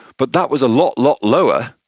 but that was a lot, lot lower,